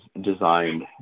designed